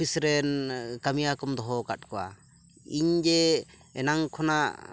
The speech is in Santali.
ᱚᱯᱷᱤᱥᱨᱮᱱ ᱠᱟᱹᱢᱤᱭᱟᱹᱠᱚᱢ ᱫᱚᱦᱚᱣᱟ ᱟᱠᱟᱫ ᱠᱚᱣᱟ ᱤᱧ ᱡᱮ ᱮᱱᱟᱝ ᱠᱷᱚᱱᱟᱜ